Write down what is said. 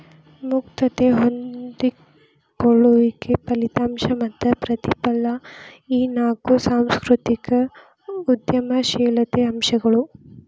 ಮುಕ್ತತೆ ಹೊಂದಿಕೊಳ್ಳುವಿಕೆ ಫಲಿತಾಂಶ ಮತ್ತ ಪ್ರತಿಫಲ ಈ ನಾಕು ಸಾಂಸ್ಕೃತಿಕ ಉದ್ಯಮಶೇಲತೆ ಅಂಶಗಳು